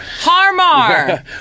Harmar